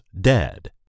dead